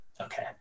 Okay